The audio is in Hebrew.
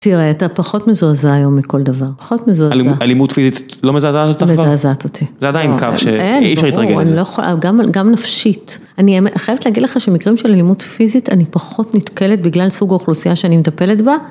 תראה, אתה פחות מזועזע היום מכל דבר, פחות מזועזע. - אלימות פיזית לא מזעזעת אותך כבר? - מזעזעת אותי. זה עדיין קו שאי אפשר להתרגל את זה. אין, ברור, גם נפשית. אני חייבת להגיד לך שמקרים של אלימות פיזית, אני פחות נתקלת בגלל סוג האוכלוסייה שאני מטפלת בה.